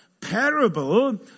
parable